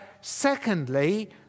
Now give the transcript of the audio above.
secondly